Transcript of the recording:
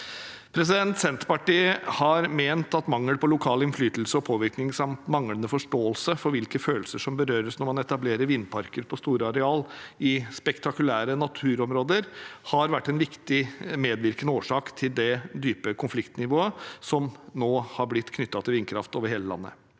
Senterpartiet har ment at mangel på lokal innflytelse og påvirkning samt manglende forståelse for hvilke følelser som berøres når man etablerer vindparker på store areal i spektakulære naturområder, har vært en viktig medvirkende årsak til det dype konfliktnivået som nå har blitt knyttet til vindkraft over hele landet.